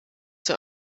zur